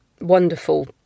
wonderful